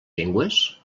llengües